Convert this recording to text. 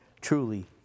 truly